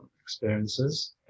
experiences